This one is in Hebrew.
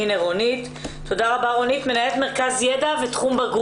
הגיעה אלינו בגיל 16. מגיל 6 היא הייתה נתונה להתעללות